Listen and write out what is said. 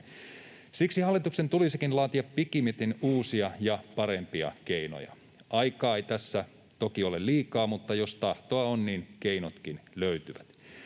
Siksi hallituksen tulisikin laatia pikimmiten uusia ja parempia keinoja. Aikaa ei tässä toki ole liikaa, mutta jos tahtoa on, niin keinotkin löytyvät.